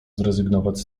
zrezygnować